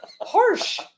harsh